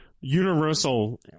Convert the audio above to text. universal